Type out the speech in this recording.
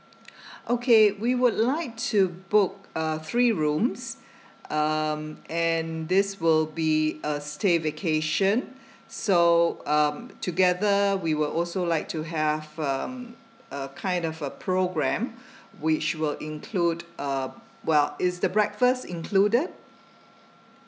okay we would like to book a three rooms um and this will be a stay vacation so um together we will also like to have um a kind of a program which will include um well is the breakfast included